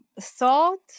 thought